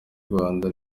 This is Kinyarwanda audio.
rwanda